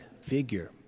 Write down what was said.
figure